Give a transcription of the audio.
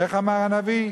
איך אמר הנביא?